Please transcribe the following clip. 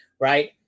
right